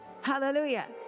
hallelujah